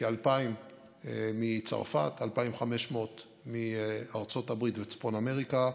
כ-2,000 מצרפת, 2,500 מארצות הברית וצפון אמריקה,